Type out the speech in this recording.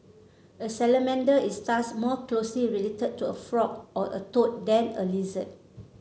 a salamander is thus more closely related to a frog or a toad than a lizard